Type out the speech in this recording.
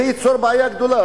זה ייצור בעיה גדולה.